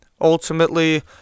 ultimately